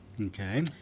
Okay